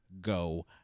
go